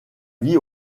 vie